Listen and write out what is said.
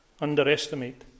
underestimate